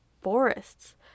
forests